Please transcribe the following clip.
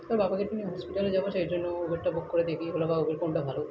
ওই বাবাকে একটু নিয়ে হসপিটালে যাব সেই জন্য উবরটা বুক করে দেখি ওলা বা উবর কোনটা ভালো